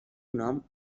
nom